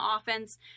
offense